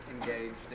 engaged